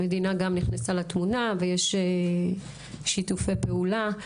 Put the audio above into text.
המדינה גם נכנסה לתמונה ויש שיתופי פעולה,